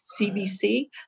CBC